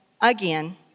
again